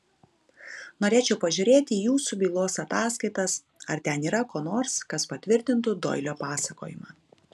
norėčiau pažiūrėti į jūsų bylos ataskaitas ar ten yra ko nors kas patvirtintų doilio pasakojimą